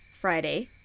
Friday